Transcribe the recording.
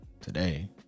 today